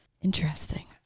Interesting